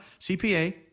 CPA